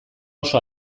oso